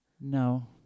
No